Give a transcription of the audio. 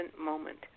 moment